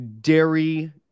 dairy